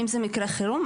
אם זה מקרה חירום,